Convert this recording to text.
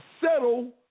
settle